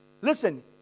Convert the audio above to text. Listen